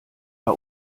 bei